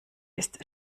ist